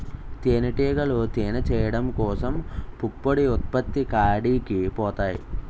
తేనిటీగలు తేనె చేయడం కోసం పుప్పొడి ఉత్పత్తి కాడికి పోతాయి